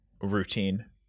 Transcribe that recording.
routine